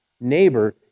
neighbor